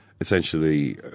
essentially